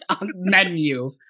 Menu